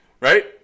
Right